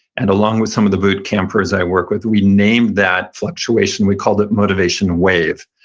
and along with some of the bootcampers i work with, we named that fluctuation. we called it motivation wave.